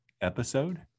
episode